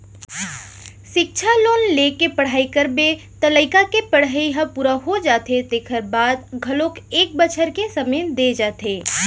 सिक्छा लोन लेके पढ़ई करबे त लइका के पड़हई ह पूरा हो जाथे तेखर बाद घलोक एक बछर के समे दे जाथे